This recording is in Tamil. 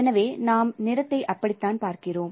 எனவே நாம் நிறத்தை அப்படித்தான் பார்க்கிறோம்